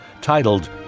titled